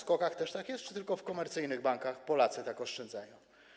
W SKOK-ach też tak jest czy tylko w komercyjnych bankach Polacy tak oszczędzają?